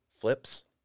Flips